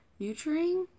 Nuturing